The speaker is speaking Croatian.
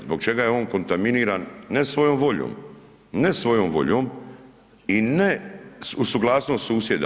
Zbog čega je on kontaminiran, ne svojom voljom, ne svojom voljom i ne uz suglasnost susjeda?